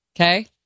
Okay